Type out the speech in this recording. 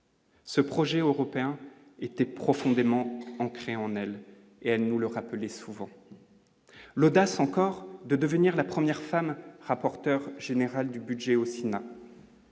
Ce projet européen était profondément ancrée en elle et elle nous le rappelait souvent l'audace, encore de devenir la première femme, rapporteur général du budget aussi